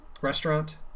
restaurant